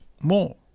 more